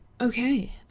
okay